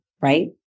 right